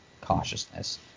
cautiousness –